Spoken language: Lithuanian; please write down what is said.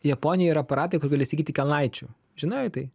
japonijoj yra aparatai kur gali įsigyti kelnaičių žinojai tai